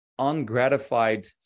ungratified